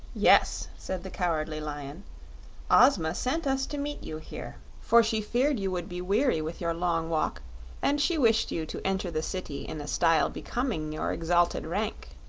yes, said the cowardly lion ozma sent us to meet you here, for she feared you would be weary with your long walk and she wished you to enter the city in a style becoming your exalted rank.